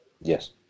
Yes